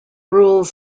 rules